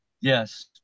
yes